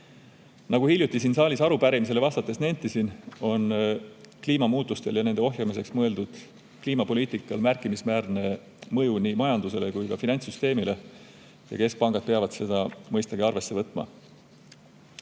Nagu hiljuti siin saalis arupärimisele vastates nentisin, on kliimamuutustel ja nende ohjamiseks mõeldud kliimapoliitikal märkimisväärne mõju nii majandusele kui ka finantssüsteemile ja mõistagi peavad keskpangad seda arvesse võtma.